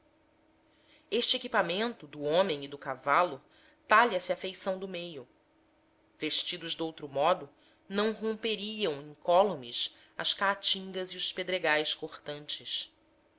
este equipamento do homem e do cavalo talha se à feição do meio vestidos doutro modo não romperiam incólumes as caatingas e os pedregais cortantes